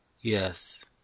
Yes